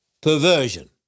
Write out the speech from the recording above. perversion